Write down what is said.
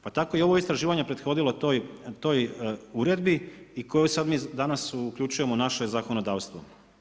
Pa tako je i ovo istraživanje prethodilo toj uredbi i koju mi danas uključujemo u naše zakonodavstvo.